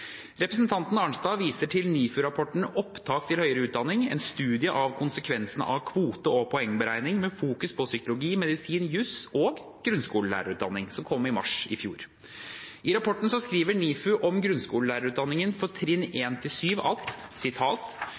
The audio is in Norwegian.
Representanten Arnstad viser til NIFU-rapporten «Opptak til høyere utdanning: En studie av konsekvensene av kvote og poengberegning med fokus på psykologi, medisin, jus og grunnskolelærerutdanning», som kom i mars i fjor. I rapporten skriver NIFU om grunnskolelærerutdanningen for trinn 1 til